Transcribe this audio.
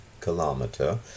kilometer